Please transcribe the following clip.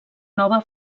nova